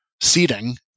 seating